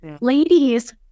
Ladies